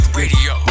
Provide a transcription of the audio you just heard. radio